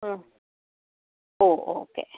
ആ ഓ ഓക്കേ